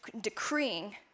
decreeing